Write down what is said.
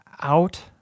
Out